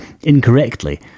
incorrectly